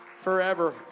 forever